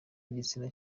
igitsina